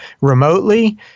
remotely